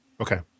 Okay